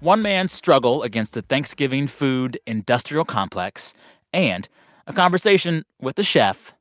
one man's struggle against the thanksgiving food industrial complex and a conversation with a chef